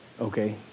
okay